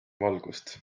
valgust